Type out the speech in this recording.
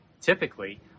typically